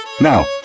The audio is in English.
Now